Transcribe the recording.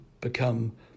become